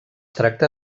tracta